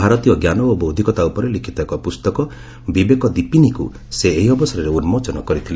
ଭାରତୀୟ ଜ୍ଞାନ ଓ ବୌଦ୍ଧିକତା ଉପରେ ଲିଖିତ ଏକ ପୁସ୍ତକ 'ବିବେକ ଦିପିନୀ'କୁ ସେ ଏହି ଅବସରରେ ଉନ୍କୋଚନ କରିଥିଲେ